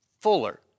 fuller